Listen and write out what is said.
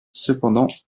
cependant